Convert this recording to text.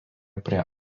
prie